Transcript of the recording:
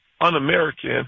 un-American